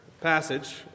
passage